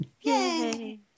Yay